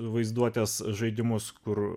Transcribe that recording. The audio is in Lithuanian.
vaizduotės žaidimus kur